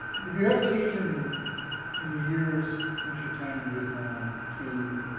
have you had occasion in the years since your time in vietnam to